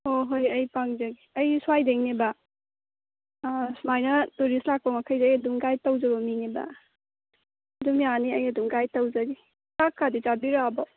ꯑꯣ ꯍꯣꯏ ꯑꯩ ꯄꯥꯡꯖꯒꯦ ꯑꯩ ꯁ꯭ꯋꯥꯏꯗꯩꯅꯦꯕ ꯑꯥ ꯁꯨꯃꯥꯏꯅ ꯇꯨꯔꯤꯁ ꯂꯥꯛꯄ ꯃꯈꯩꯁꯦ ꯑꯩ ꯑꯗꯨꯝ ꯒꯥꯏꯗ ꯇꯧꯖꯕ ꯃꯤꯅꯦꯕ ꯑꯗꯨꯝ ꯌꯥꯅꯤ ꯑꯩ ꯑꯗꯨꯝ ꯒꯥꯏꯗ ꯇꯧꯖꯒꯦ ꯆꯥꯛꯀꯗꯤ ꯆꯥꯕꯤꯔꯛꯂꯕꯣ